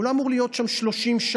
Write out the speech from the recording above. הוא לא אמור להיות שם 30 שנה,